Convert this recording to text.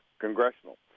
congressional